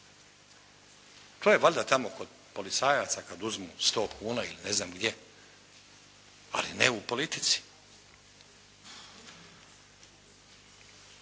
To je valjda tamo kod policajaca kad uzmu 100 kuna ili ne znam gdje, ali ne u politici.